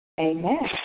Amen